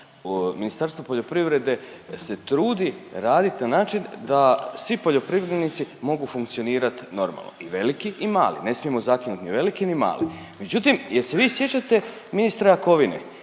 Ministarstvo poljoprivrede se trudi raditi na način da svi poljoprivrednici mogu funkcionirat normalno i veliki i mali, ne smijemo zakinuti ni velike, ni male. Međutim, jel se vi sjećate ministra Jakovine,